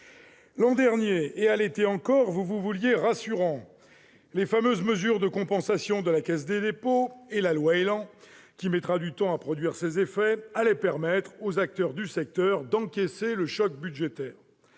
L'an dernier, et à l'été encore, vous vous vouliez rassurant. Les fameuses mesures de compensations de la Caisse des dépôts et consignations ainsi que la loi ÉLAN, qui mettra du temps à produire ses effets, allaient permettre aux acteurs du secteur d'encaisser le choc budgétaire.